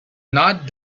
not